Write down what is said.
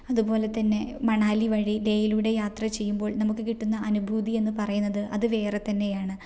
അതുപോലെ തന്നെ മണാലി വഴി ലേയിലൂടെ യാത്ര ചെയ്യുമ്പോൾ നമുക്ക് കിട്ടുന്ന അനുഭൂതി എന്നു പറയുന്നത് അത് വേറെ തന്നെയാണ്